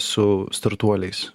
su startuoliais